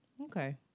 Okay